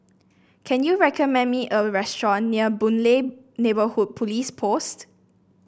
can you recommend me a restaurant near Boon Lay Neighbourhood Police Post